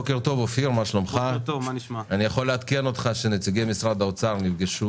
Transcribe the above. אני יכול לעדכן אותך שנציגי משרד האוצר נפגשו